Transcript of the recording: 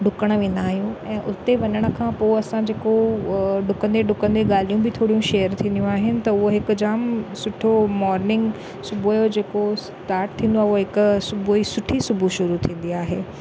ॾुकणु वेंदा आहियूं ऐं उते वञणु खां पोइ असां जेको ॾुकंदे ॾुकंदे ॻाल्हियूं बि थोड़ियूं शेअर थींदियूं आहिनि त उहो हिकु जाम सुठो मोर्निंग सुबुह जो जेको स्टार्ट थींदो आहे हूअ हिकु सुबुह जी सुठी सुबुह शुरू थींदी आहे